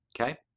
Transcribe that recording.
Okay